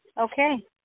Okay